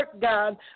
God